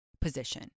position